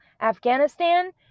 Afghanistan